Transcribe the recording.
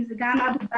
גם אבו...